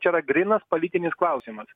čia yra grynas politinis klausimas